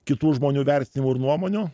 kitų žmonių vertinimų ir nuomonių